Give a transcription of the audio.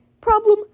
Problem